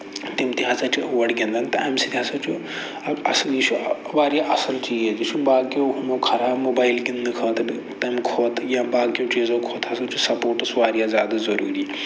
تِم تہِ ہسا چھِ اور گِنٛدان تہٕ اَمہِ سۭتۍ ہسا چھُ واریاہ اَصٕل چیٖز یہِ چھُ باقٮ۪و ہُمو خراب موبایِل گِندنہٕ کھۄتہٕ تَمہِ کھۄتہٕ یا باقٮ۪و چیٖزو کھۄتہٕ ہسا چھُ سَپوٹٕس واریاہ زیادٕ ضروٗری